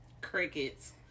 Crickets